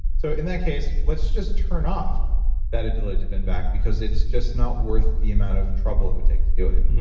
so in that case, let's just turn off that ability to bend back because it's just not worth the amount of trouble it would take to do it.